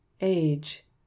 Age